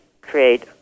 create